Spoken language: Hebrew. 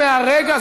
זו החלטה שלך.